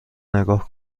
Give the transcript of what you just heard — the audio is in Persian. نگاه